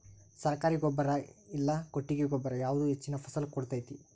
ಸರ್ಕಾರಿ ಗೊಬ್ಬರ ಇಲ್ಲಾ ಕೊಟ್ಟಿಗೆ ಗೊಬ್ಬರ ಯಾವುದು ಹೆಚ್ಚಿನ ಫಸಲ್ ಕೊಡತೈತಿ?